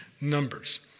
numbers